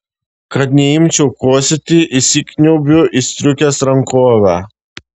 kad neimčiau kosėti įsikniaubiu į striukės rankovę